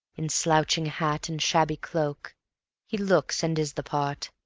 in slouching hat and shabby cloak he looks and is the part,